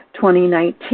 2019